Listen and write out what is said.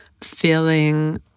feeling